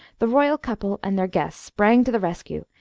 the royal couple and their guests sprang to the rescue,